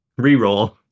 Reroll